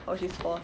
oh she's four